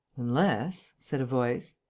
unless. said a voice.